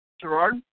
Gerard